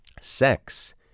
Sex